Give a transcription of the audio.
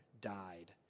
died